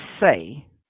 say